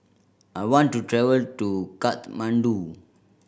I want to travel to Kathmandu